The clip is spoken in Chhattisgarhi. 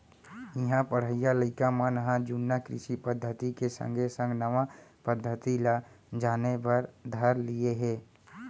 इहां पढ़इया लइका मन ह जुन्ना कृषि पद्धति के संगे संग नवा पद्धति ल जाने बर धर लिये हें